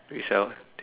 we sell